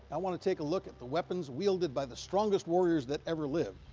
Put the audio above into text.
i want to take a look at the weapons wielded by the strongest warriors that ever lived